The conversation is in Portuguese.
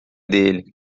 dele